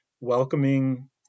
welcoming